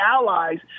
allies